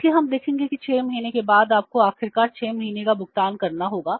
इसलिए हम देखेंगे कि 6 महीने के बाद आपको आखिरकार 6 महीने का भुगतान करना होगा